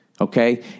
Okay